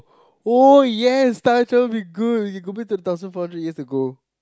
oh yes time travel will be good you can go back to a thousand four hundred years ago